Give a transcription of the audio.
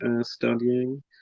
studying